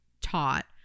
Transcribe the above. taught